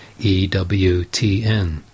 EWTN